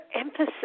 emphasis